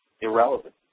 irrelevant